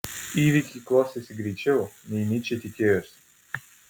įvykiai klostėsi greičiau nei nyčė tikėjosi